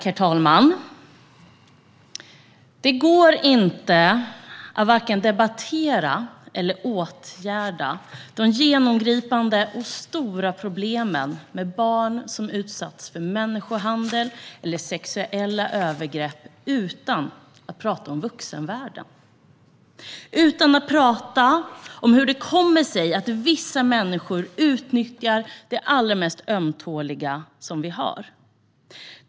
Herr talman! Det går inte att vare sig debattera eller åtgärda de genomgripande och stora problemen med barn som utsätts för människohandel eller sexuella övergrepp utan att prata om vuxenvärlden - om hur det kommer sig att vissa människor utnyttjar det allra mest ömtåliga vi har.